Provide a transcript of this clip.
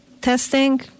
testing